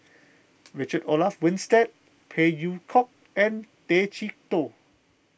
Richard Olaf Winstedt Phey Yew Kok and Tay Chee Toh